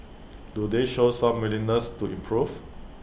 do they show some willingness to improve